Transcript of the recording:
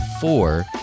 four